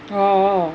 orh